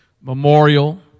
Memorial